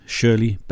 Shirley